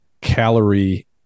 calorie